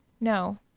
No